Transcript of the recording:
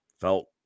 felt